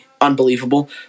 unbelievable